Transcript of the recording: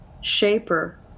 shaper